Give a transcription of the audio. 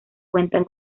cuentan